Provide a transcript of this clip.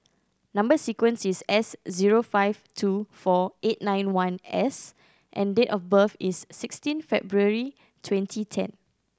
number sequence is S zero five two four eight nine one S and date of birth is sixteen February twenty ten